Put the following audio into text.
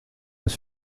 was